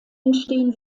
entstehen